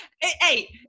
hey